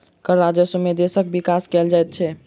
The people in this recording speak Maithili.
कर राजस्व सॅ देशक विकास कयल जाइत छै